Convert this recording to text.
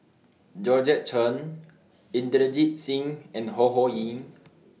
Georgette Chen Inderjit Singh and Ho Ho Ying